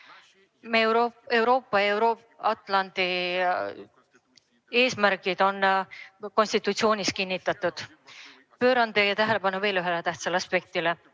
Meie Euroopa ja Euro-Atlandi eesmärgid on konstitutsioonis kinnitatud. Juhin teie tähelepanu veel ühele tähtsale aspektile.